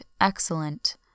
excellent